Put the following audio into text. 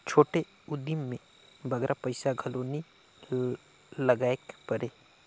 छोटे उदिम में बगरा पइसा घलो नी लगाएक परे